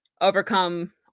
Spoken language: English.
overcome